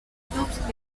tubs